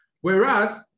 whereas